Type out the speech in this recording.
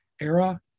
era